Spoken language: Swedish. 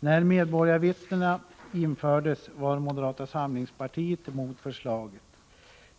När medborgarvittnena infördes var moderata samlingspartiet emot förslaget.